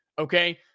okay